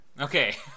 okay